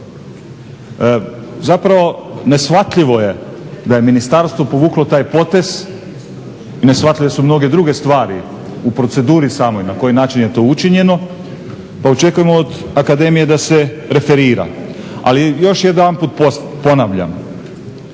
Zapravo neshvatljivo je da je ministarstvo povuklo taj potez i neshvatljive su mnoge druge stvari u proceduri samoj na koji način je to učinjeno, pa očekujemo od Akademije da se referira. Ali još jedanput ponavljam.